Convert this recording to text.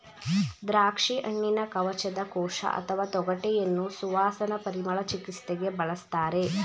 ದ್ರಾಕ್ಷಿಹಣ್ಣಿನ ಕವಚದ ಕೋಶ ಅಥವಾ ತೊಗಟೆಯನ್ನು ಸುವಾಸನಾ ಪರಿಮಳ ಚಿಕಿತ್ಸೆಗೆ ಬಳಸ್ತಾರೆ